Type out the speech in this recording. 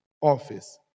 office